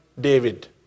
David